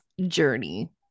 journey